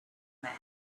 man